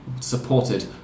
supported